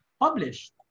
published